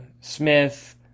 Smith